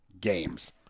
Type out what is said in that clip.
games